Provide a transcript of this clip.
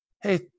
Hey